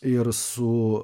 ir su